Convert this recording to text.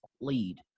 lead